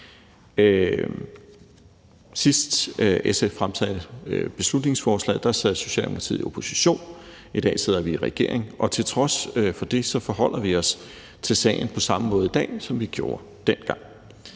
Sidst SF fremsatte beslutningsforslaget, sad Socialdemokratiet i opposition. I dag sidder vi i regering, og til trods for det forholder vi os til sagen på samme måde i dag, som vi gjorde dengang.